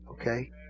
Okay